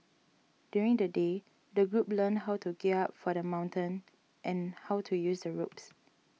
during the day the group learnt how to gear up for the mountain and how to use the ropes